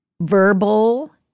verbal